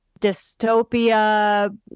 dystopia